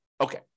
Okay